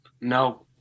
No